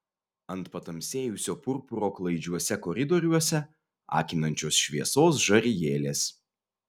ant patamsėjusio purpuro klaidžiuose koridoriuose akinančios šviesos žarijėlės